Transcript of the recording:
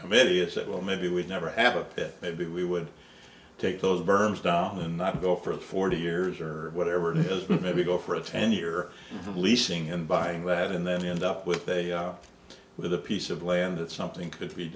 committee is that well maybe we'd never have a pit maybe we would take those berms down and not go for forty years or whatever it is maybe go for a ten year leasing and buying lead and then end up with a with a piece of land that something could be